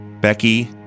Becky